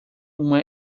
uma